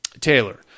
Taylor